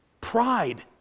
pride